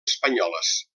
espanyoles